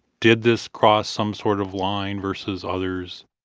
did this cross some sort of line versus others?